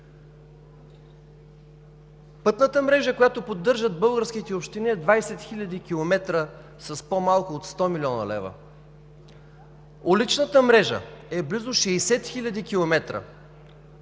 Пътната мрежа, която поддържат българските общини, е 20 хил. км с по-малко от 100 млн. лв. Уличната мрежа е близо 60 хил. км,